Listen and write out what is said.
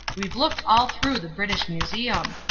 we've looked all through the british museum.